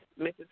Mrs